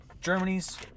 Germany's